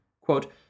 quote